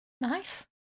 Nice